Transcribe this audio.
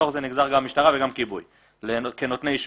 כאשר נגזר מזה שהמשטרה וכיבוי אש נותנים אישור.